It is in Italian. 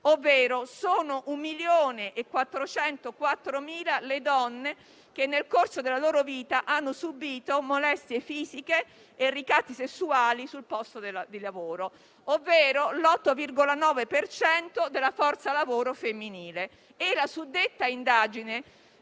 milioni sono le donne che nel corso della loro vita hanno subito molestie fisiche e ricatti sessuali sul posto di lavoro, ovvero l'8,9 per cento della forza lavoro femminile. La suddetta indagine